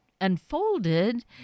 unfolded